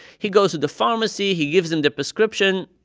he goes to the pharmacy. he gives him the prescription.